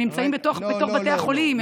הם נמצאים בתוך בתי החולים,